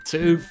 Two